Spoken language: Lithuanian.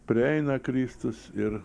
prieina kristus ir